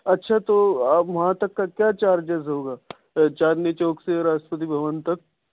اچھا تو آپ وہاں تک کا کیا چارجز ہوگا چاندنی چوک سے راشٹرپتی بھون تک